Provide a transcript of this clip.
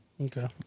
Okay